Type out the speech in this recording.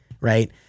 right